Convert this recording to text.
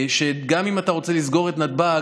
גם אם אתה רוצה לסגור את נתב"ג,